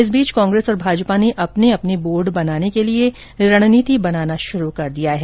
इस बीच कांग्रेस और भाजपा ने अपने अपने बोर्ड बनाने के लिये रणनीति बनाना शुरू कर दिया है